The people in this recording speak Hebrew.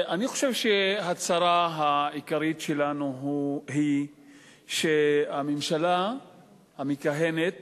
אני חושב שהצרה העיקרית שלנו היא שהממשלה המכהנת